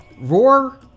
Roar